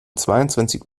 zweiundzwanzig